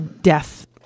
death